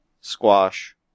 squash